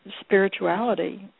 spirituality